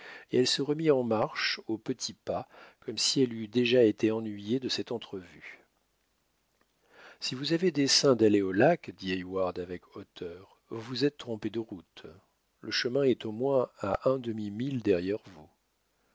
et elle se remit en marche au petit pas comme si elle eût déjà été ennuyée de cette entrevue si vous avez dessein d'aller au lac dit heyward avec hauteur vous vous êtes trompé de route le chemin est au moins à un demi-mille derrière vous